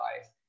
life